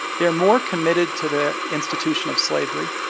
they're more committed to the institution of slavery,